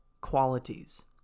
qualities